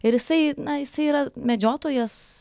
ir jisai na jisai yra medžiotojas